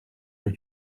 your